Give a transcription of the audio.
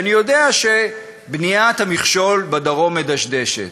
שבניית המכשול בדרום מדשדשת.